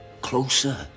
Closer